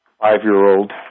five-year-old